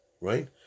right